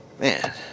man